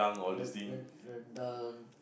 re~ re~ rendang